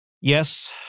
Yes